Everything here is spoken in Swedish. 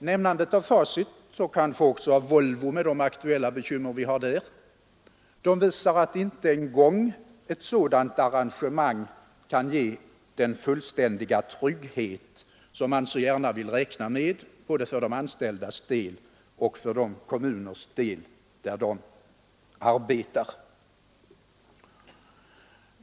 Nämnandet av Facit och kanske också av Volvo, med de aktuella bekymmer bilindustrin just nu har, visar att inte ens förankrningen i ett stort företag kan ge den fullständiga trygghet som man så gärna vill räkna med både för de anställdas del och för de kommuners del där de arbetar.